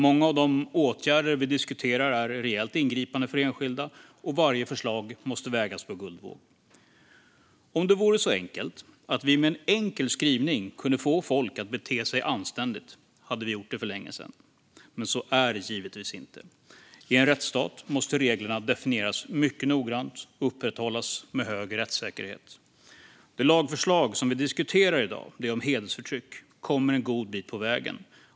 Många av de åtgärder vi diskuterar är rejält ingripande för enskilda, och varje förslag måste vägas på guldvåg. Om det vore så enkelt att vi med en enkel skrivning kunde få folk att bete sig anständigt hade vi gjort det för länge sedan. Men så är det givetvis inte. I en rättsstat måste reglerna definieras mycket noggrant och upprätthållas med hög rättssäkerhet. Det lagförslag som vi diskuterar i dag, det om hedersförtryck, kommer en god bit på vägen.